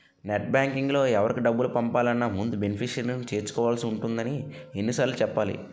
net బాంకింగ్లో ఎవరికి డబ్బులు పంపాలన్నా ముందు బెనిఫిషరీని చేర్చుకోవాల్సి ఉంటుందని ఎన్ని సార్లు చెప్పాలి